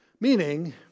Meaning